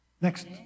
Next